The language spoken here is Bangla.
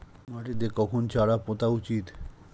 মাটিতে কখন চারা পোতা উচিৎ?